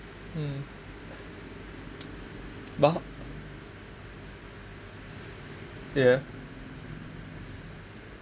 um yeah